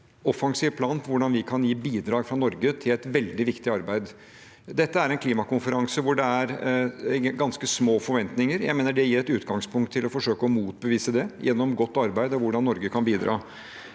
offensiv plan for hvordan vi kan gi bidrag fra Norge til et veldig viktig arbeid. Dette er en klimakonferanse hvor det er ganske små forventninger. Jeg mener det gir et utgangspunkt til å forsøke å motbevise det gjennom godt arbeid, og hvordan Norge kan bidra.